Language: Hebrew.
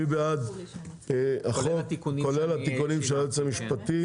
מי בעד החוק כולל התיקונים של היועץ המשפטי?